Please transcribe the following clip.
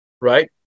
right